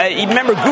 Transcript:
Remember